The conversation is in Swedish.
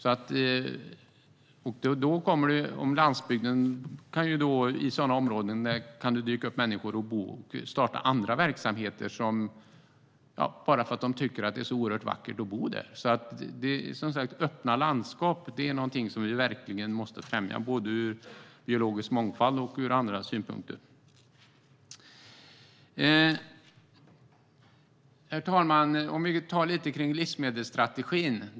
I sådana områden kan människor bosätta sig och starta andra verksamheter bara för att de tycker att det är så vackert där. Öppna landskap är, som sagt, någonting som vi verkligen måste främja, både med tanke på biologisk mångfald och med tanke på annat. Herr talman! Jag ska säga något om livsmedelsstrategin.